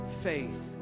faith